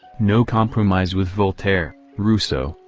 no compromise with voltaire, rousseau,